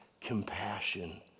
compassion